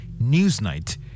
Newsnight